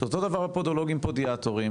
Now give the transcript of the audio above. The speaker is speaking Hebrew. פדולוגים פודיאטרים,